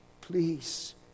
please